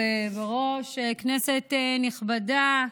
ועדת הכנסת תקבע את הוועדה.